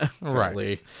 Right